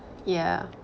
yeah